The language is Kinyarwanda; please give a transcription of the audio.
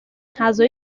ntazo